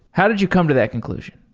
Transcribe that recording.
how did you come to that conclusion?